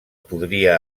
podria